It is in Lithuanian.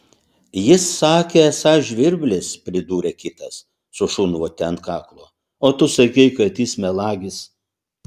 jis sakė esąs žvirblis pridūrė kitas su šunvote ant kaklo o tu sakei kad jis melagis